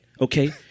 Okay